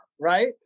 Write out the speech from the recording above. right